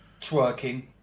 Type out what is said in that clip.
Twerking